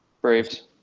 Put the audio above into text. Braves